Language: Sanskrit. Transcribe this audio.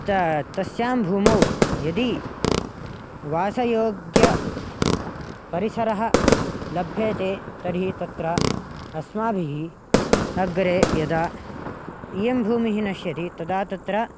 त तस्यां भूमौ यदि वासयोग्यपरिसरः लभ्यते तर्हि तत्र अस्माभिः अग्रे यदा इयं भूमिः नश्यति तदा तत्र